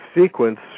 sequence